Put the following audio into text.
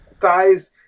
thighs